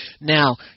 Now